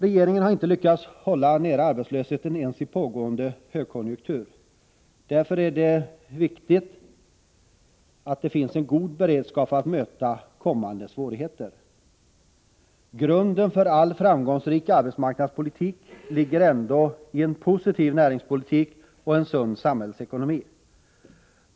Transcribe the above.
Regeringen har inte lyckats hålla nere arbetslösheten ens i pågående högkonjunktur. Därför är det viktigt att det finns en god beredskap för att möta kommande svårigheter. Grunden för all framgångsrik arbetsmarknadspolitik ligger ändå i en positiv näringspolitik och en sund samhällsekonomi.